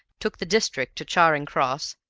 took the district to charing cross,